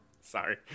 Sorry